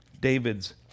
David's